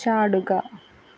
ചാടുക